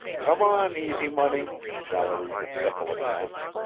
come on, easy money, mallory encephalopathed.